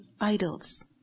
idols